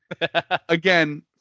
Again